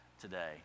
today